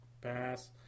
Pass